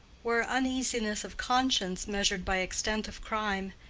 were uneasiness of conscience measured by extent of crime,